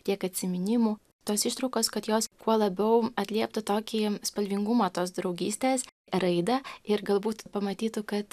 tiek atsiminimų tos ištraukos kad jos kuo labiau atlieptų tokį spalvingumą tos draugystės raidą ir galbūt pamatytų kad